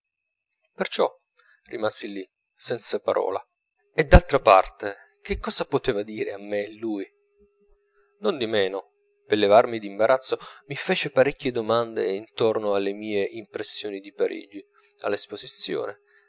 perciò rimasi lì senza parola e d'altra parte che cosa poteva dire a me lui nondimeno per levarmi d'imbarazzo mi fece parecchie domande intorno alle mie impressioni di parigi all'esposizione